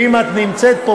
ואם את נמצאת פה,